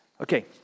Okay